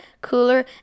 cooler